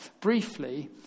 briefly